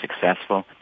successful